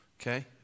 Okay